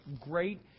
great